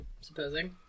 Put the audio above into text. supposing